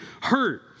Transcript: hurt